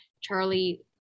charlie